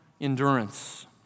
endurance